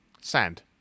Sand